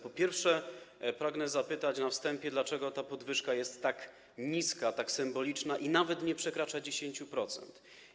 Po pierwsze, pragnę zapytać na wstępie, dlaczego ta podwyżka jest tak niska, tak symboliczna i nawet nie przekracza 10%.